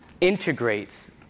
integrates